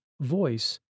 voice